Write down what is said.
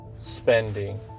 spending